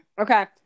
Okay